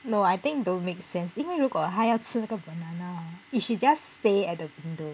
no I think don't make sense 因为如果它要吃那个 banana it should just stay at the window